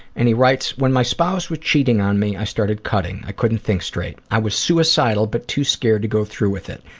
and he writes, when my spouse was cheating on me, i started cutting. i couldn't think straight. i was suicidal but too scared to go through with it.